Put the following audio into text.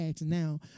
now